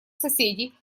соседей